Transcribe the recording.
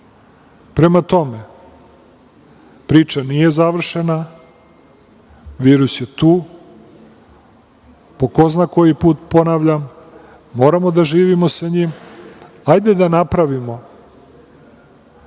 tome, priča nije završena, virus je tu, po ko zna koji put ponavljam, moramo da živimo sa njim, hajde da napravimo